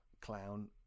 clown